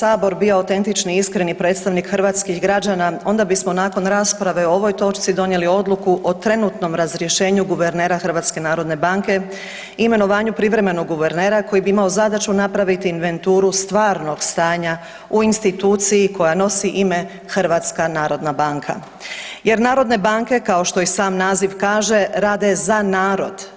Kada bi HS bio autentični iskreni predstavnik hrvatskih građana onda bismo nakon rasprave o ovoj točci donijeli odluku o trenutno razrješenju guvernera HNB-a i imenovanju privremenog guvernera koji bi imao zadaću napraviti inventuru stvarnog stanja u instituciji koja nosi ime HNB jer narodne banke kao što i sam naziv kaže, rade za narod.